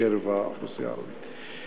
בקרב האוכלוסייה הערבית.